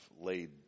laid